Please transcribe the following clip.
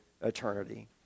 eternity